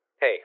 hey